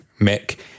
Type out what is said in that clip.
Mick